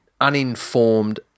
uninformed